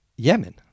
Yemen